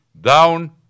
down